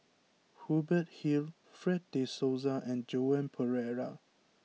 Hubert Hill Fred de Souza and Joan Pereira